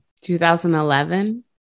2011